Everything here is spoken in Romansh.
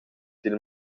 dil